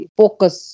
focus